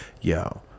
yo